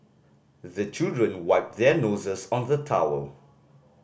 the children wipe their noses on the towel